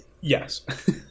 yes